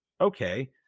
Okay